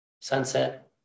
sunset